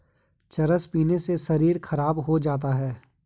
चरस पीने से शरीर खराब हो जाता है